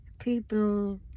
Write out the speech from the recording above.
People